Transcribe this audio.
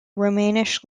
romansh